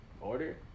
order